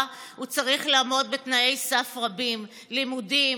הוא צריך לעמוד בתנאי סף רבים: לימודים,